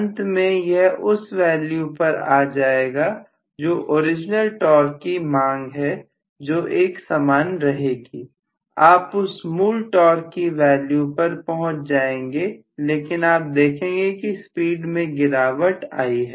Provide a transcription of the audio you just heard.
अंत में यह उस वैल्यू पर आ जाएगा जो ओरिजिनल टॉर्क की मांग है जो एक समान रहेगी आप उस मूल टॉर्क की वैल्यू पर पहुंच जाएंगे लेकिन आप देखेंगे कि स्पीड में गिरावट आ गई है